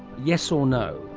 yes or no?